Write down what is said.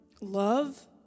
love